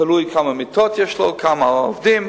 תלוי כמה מיטות יש לו, כמה עובדים.